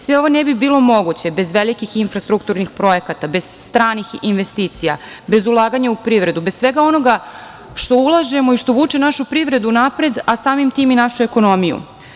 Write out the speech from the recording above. Sve ovo ne bi bilo moguće bez velikih infrastrukturnih projekata, bez stranih investicija, bez ulaganja u privredu, bez svega onoga što ulažemo i što vuče našu privredu napred, a samim tim i našu ekonomiju.